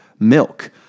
Milk